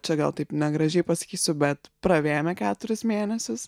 čia gal taip negražiai pasakysiu bet pravėmė keturis mėnesius